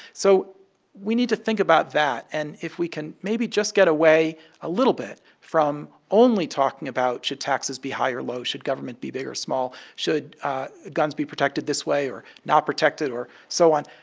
so we need to think about that and if we can maybe just get away a little bit from only talking about should taxes be high or low. should government be big or small? should guns be protected this way or not protected or so on.